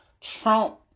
Trump